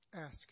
ask